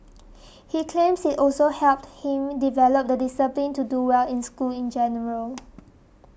he claims also helped him develop the discipline to do well in school in general